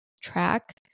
track